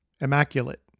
Immaculate